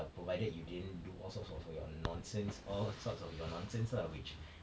provided you didn't do all sorts for your nonsense all sorts of your nonsense lah which